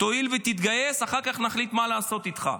תואיל ותתגייס, אחר כך נחליט מה לעשות איתך.